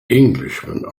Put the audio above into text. englishman